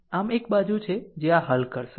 આમ આ એક બીજું છે જે આ હલ કરશે